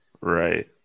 Right